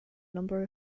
number